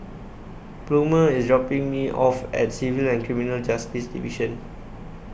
Plummer IS dropping Me off At Civil and Criminal Justice Division